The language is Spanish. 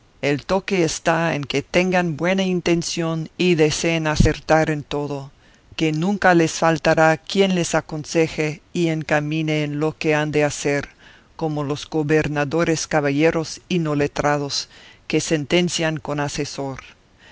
el toque está en que tengan buena intención y deseen acertar en todo que nunca les faltará quien les aconseje y encamine en lo que han de hacer como los gobernadores caballeros y no letrados que sentencian con asesor